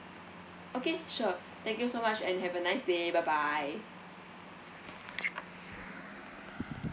okay sure thank you so much and have a nice day bye bye